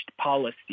policy